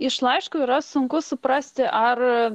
iš laiško yra sunku suprasti ar